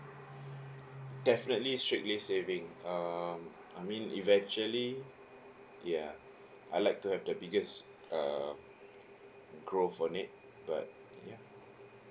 definitely strictly saving um I mean eventually ya I like to have the biggest err growth on it but yeah